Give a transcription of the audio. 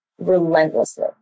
relentlessly